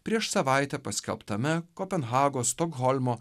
prieš savaitę paskelbtame kopenhagos stokholmo